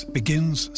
begins